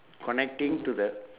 connecting to the